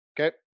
Okay